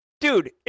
dude